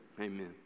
amen